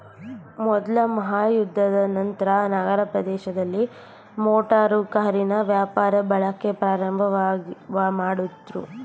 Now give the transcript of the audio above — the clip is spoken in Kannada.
ಮೊದ್ಲ ಮಹಾಯುದ್ಧದ ನಂತ್ರ ನಗರ ಪ್ರದೇಶಗಳಲ್ಲಿ ಮೋಟಾರು ಕಾರಿನ ವ್ಯಾಪಕ ಬಳಕೆ ಪ್ರಾರಂಭಮಾಡುದ್ರು